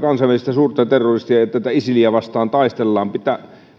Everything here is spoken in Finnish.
kansainvälistä suurta terroristijärjestöä isiliä vastaan taistellaan